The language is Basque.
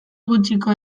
gutxiko